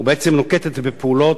ובעצם נוקטת פעולות,